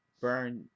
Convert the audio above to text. burn